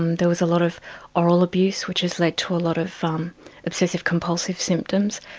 um there was a lot of oral abuse, which has led to a lot of um obsessive compulsive symptoms.